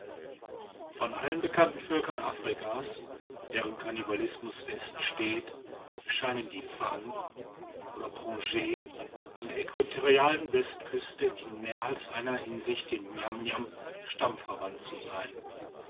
von allen bekannten völkern afrikas deren kannibalismus feststeht scheinen die fan oder pongue an der äquatorialen westküste in mehr als einer hinsicht den niamniam stammverwandt zu sein